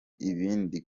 ibindi